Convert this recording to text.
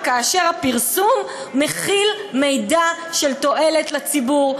כאשר הפרסום מכיל מידע לתועלת לציבור,